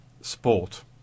Sport